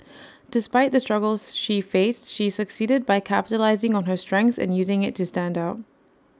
despite the struggles she faced she succeeded by capitalising on her strengths and using IT to stand out